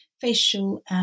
facial